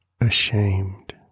ashamed